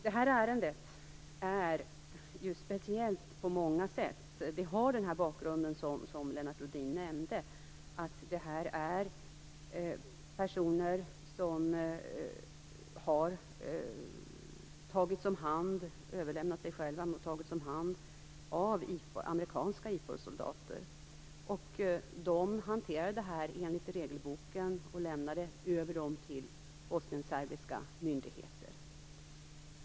Det här ärendet är speciellt på många sätt. Det har den bakgrund som Lennart Rohdin nämnde, nämligen att det är personer som har överlämnat sig själva och tagits om hand av amerikanska IFOR-soldater. De hanterade detta enligt regelboken och lämnade över dem till bosnienserbiska myndigheter.